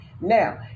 Now